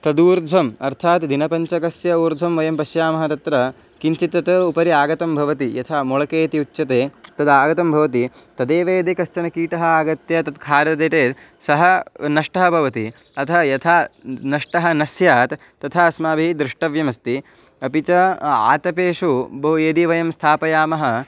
तदूर्ध्वम् अर्थात् दिनपञ्चकस्य ऊर्धं वयं पश्यामः तत्र किञ्चित् तत् उपरि आगतं भवति यथा मोळके इति उच्यते तदागतं भवति तदेव यदि कश्चन कीटः आगत्य तत् खार सः नष्टः भवति अतः यथा नष्टः न स्यात् तथा अस्माभिः द्रष्टव्यमस्ति अपि च आतपेषु बहु यदि वयं स्थापयामः